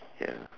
ya